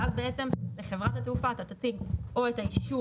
ואז בעצם לחברת התעופה אתה תציג או את האישור